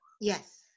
Yes